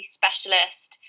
specialist